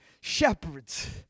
shepherds